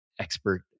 expert